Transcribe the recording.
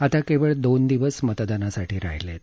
आता केवळ दोन दिवस मतदानासाठी राहिले आहेत